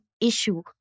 issue